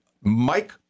Mike